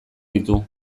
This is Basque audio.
ditu